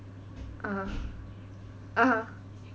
(uh huh) (uh huh)